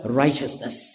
righteousness